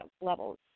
levels